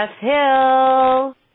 Hill